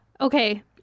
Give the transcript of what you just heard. Okay